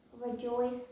rejoice